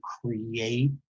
create